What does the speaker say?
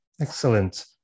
Excellent